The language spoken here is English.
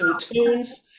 tunes